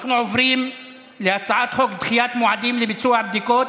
נספחות.] אנחנו עוברים להצעת חוק דחיית מועדים לביצוע בדיקות